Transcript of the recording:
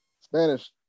Spanish